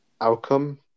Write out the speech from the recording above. outcome